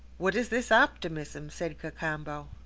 what is this optimism? said cacambo.